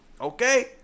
okay